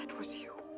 was you.